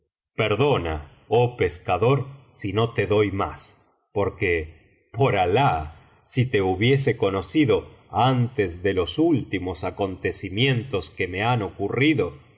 perdona oh pescador si no te doy más porque por alah si te hubiese conocido antes de los biblioteca valenciana generalitat valenciana las mil noches y una noche últimos acontecimientos que rae han ocurrido